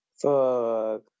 Fuck